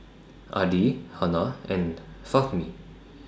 Adi Hana and Fahmi